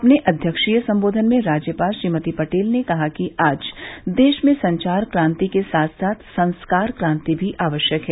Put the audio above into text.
अपने अध्यक्षीय संबोधन में राज्यपाल श्रीमती पटेल ने कहा कि आज देश में संचार क्रांति के साथ साथ संस्कार क्रांति भी आवश्यक है